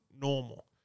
normal